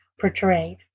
portrayed